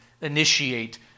initiate